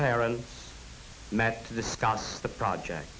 parents met to discuss the project